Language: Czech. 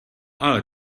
ale